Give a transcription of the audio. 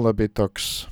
labai toks